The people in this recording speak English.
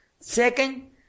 Second